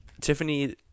tiffany